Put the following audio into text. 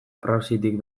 praxitik